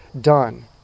done